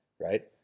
right